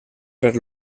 per